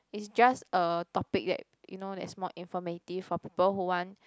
it's just a topic that you know that it's more informative for people who want